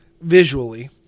visually